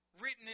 written